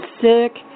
sick